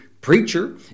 preacher